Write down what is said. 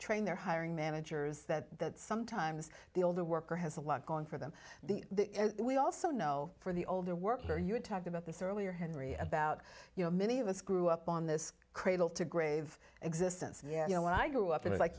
train their hiring managers that sometimes the older worker has a lot going for them the we also know from the older worker you talked about this earlier henry about you know many of us grew up on this cradle to grave existence yeah you know when i grew up it was like